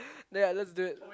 then I just do it